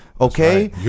okay